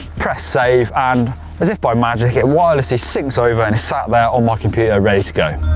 press save and as if by magic it wirelessly syncs over and is sat there on my computer ready to go.